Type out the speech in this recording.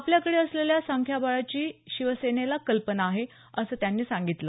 आपल्याकडे असलेल्या संख्याबळाची शिवसेनेला कल्पना आहे असं त्यांनी सांगितलं